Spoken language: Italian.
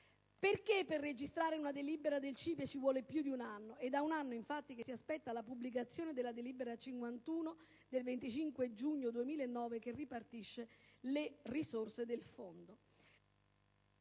Perché per registrare una delibera del CIPE ci vuole più di un anno? È da un anno, infatti, che si aspetta la pubblicazione della delibera 51 del 26 giugno 2009 che ripartisce le risorse del Fondo.